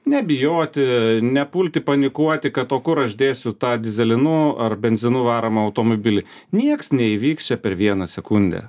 nebijoti nepulti panikuoti kad o kur aš dėsiu tą dyzelinu ar benzinu varomą automobilį nieks neįvyks čia per vieną sekundę